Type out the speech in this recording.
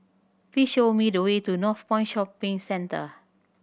please show me the way to Northpoint Shopping Centre